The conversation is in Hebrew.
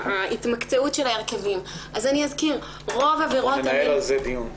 ההתמקצעות של ההרכבים אזכיר שרוב עבירות המין --- ננהל על זה דיון.